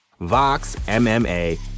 VOXMMA